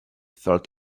felt